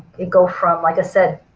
it go from like i said,